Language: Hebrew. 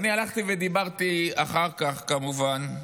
אני הלכתי ודיברתי אחר כך, כמובן,